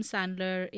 Sandler